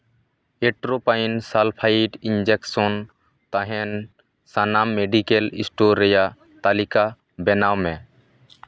atropine sulphate injection ᱛᱟᱦᱮᱱ ᱥᱟᱱᱟᱢ medical store ᱨᱮᱭᱟᱜ ᱛᱟᱹᱞᱤᱠᱟ ᱵᱮᱱᱟᱣ ᱢᱮ